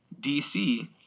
DC